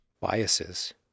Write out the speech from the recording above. biases